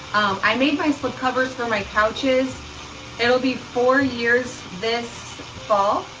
i made my slip covers for my couches it'll be four years this fall.